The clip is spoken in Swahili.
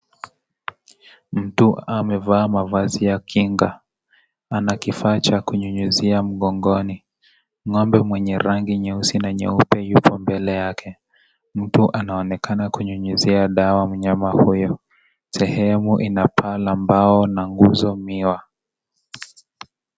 Mtu amevaa mavazi ya kinga ana kifaa cha kunyunyizia mgongoni, ng'ombe mwenye rangi nyeusi na nyeupe yupo mbele yake, mtu anaonekana kunyunyizia dawa mnyama huyu, sehemu ina paa la mbao na nguzo